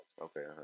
Okay